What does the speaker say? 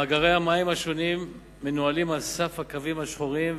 מאגרי המים השונים מנוהלים על סף הקווים השחורים,